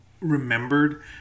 remembered